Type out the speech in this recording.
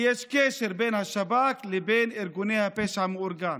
יש קשר בין השב"כ לבין ארגוני הפשע המאורגן.